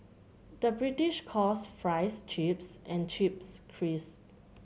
the British calls fries chips and chips crisps